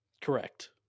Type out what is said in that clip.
Correct